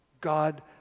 God